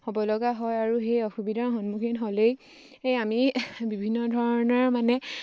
হ'ব লগা হয় আৰু সেই অসুবিধাৰ সন্মুখীন হ'লেই আমি বিভিন্ন ধৰণৰ মানে